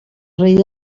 rei